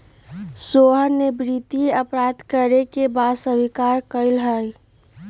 सोहना ने वित्तीय अपराध करे के बात स्वीकार्य कइले है